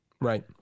Right